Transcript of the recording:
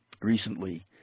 recently